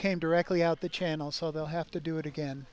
came directly out the channel so they'll have to do it again